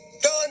done